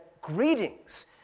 greetings